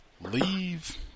Leave